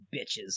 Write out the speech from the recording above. bitches